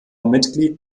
mitglied